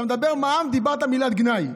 אתה מדבר על מע"מ, אמרת מילת גנאי.